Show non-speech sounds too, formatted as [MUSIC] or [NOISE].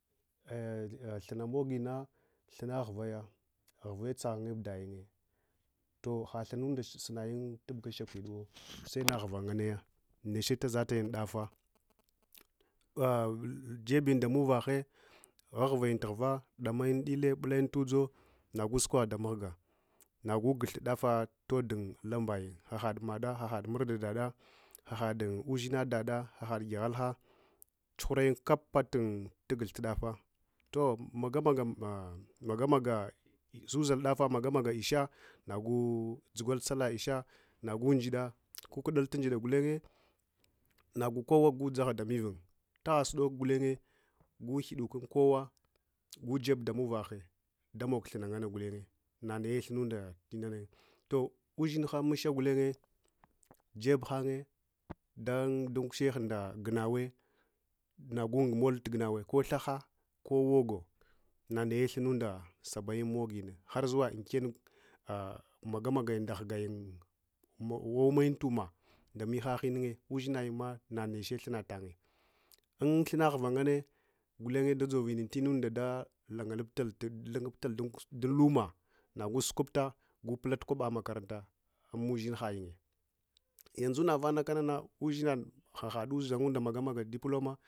Thunna mogina thunna huvaya, hure dzahanyib dayun toh hathunnunɗa sunayinwo tubgashakwidwo sena ghuvanganayo neche tazatayen ɗafe [HESITATION] ɗebuyenda muvahe ghurayuntu ghuro ɗamayin dile bulayin tudzo nagu sule oh damahga nagu guhthu ndafa todu lamayinghe. Ahad madda ahad murɗaɗada ahad ushinadaɗa, ahad kyahalha dad tsuhunayin kab tughthu undofo toh magamaga isha nagu dzugwal sallah isha nagu ajiɗɗa [HESITATION] kukuɗal tun ndida gulenye nagu kowa dzahaɗa mivun tahasudoko gulenye guhidukunkowa gujeb damuvahe ndamok thunna nganna gulen nanaye thunnunɗa tinanayin ton ushinha mishisha gulenye debhanye dan ɗunkushehe nda gunawe nagu nguma tu gunawe ko maha ko woga neche thunnunɗa sabayin moginne harzuwa inkenne [HESITATION] magamagayin nɗahugayin wawumayin tuma nɗamihahayun, ushinayenma neche thunna tanye unthumna uvah nganne gulenye ɗaɗzovuyin tinunɗa ɗa lungubtatal ɗun luma nagu sukupta nagu pulat kwaba makaranta unmushinha hayinghe yanzuvananakana ushinhaɗ kana ahaɗ ɗaɗunɗa magamagatu diploma.